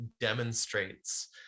demonstrates